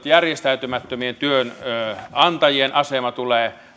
järjestäytymättömien työnantajien asema tulee